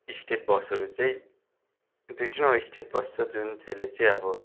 state बसहरू चाहिँ दुई तिनवटा स्टेट बस छ जुन चाहिँले चाहिँ अब